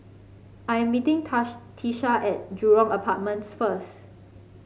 I am meeting Tisha at Jurong Apartments first